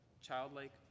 childlike